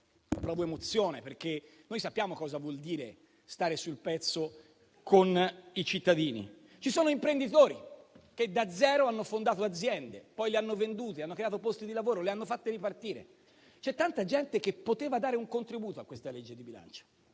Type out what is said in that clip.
provo emozione perché sappiamo cosa vuol dire stare sul pezzo con i cittadini. Vi sono imprenditori che, da zero, hanno fondato aziende. Poi le hanno vendute, hanno creato posti di lavoro, le hanno fatte ripartire. C'era tanta gente che poteva dare un contributo a questa manovra di bilancio.